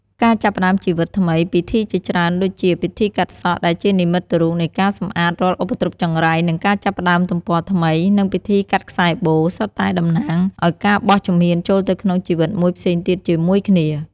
ការចាប់ផ្តើមជីវិតថ្មី ពិធីជាច្រើនដូចជា ពិធីកាត់សក់ ដែលជានិមិត្តរូបនៃការសម្អាតរាល់ឧបទ្រពចង្រៃ និងការចាប់ផ្តើមទំព័រថ្មី និងពិធីកាត់ខ្សែបូរ សុទ្ធតែតំណាងឱ្យការបោះជំហានចូលទៅក្នុងជីវិតមួយផ្សេងទៀតជាមួយគ្នា។